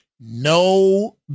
no